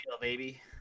baby